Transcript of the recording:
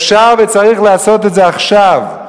אפשר וצריך לעשות את זה עכשיו.